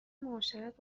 معاشرت